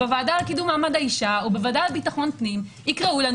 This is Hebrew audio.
הוועדה לקידום מעמד האישה או הוועדה לביטחון פנים יקראו לנו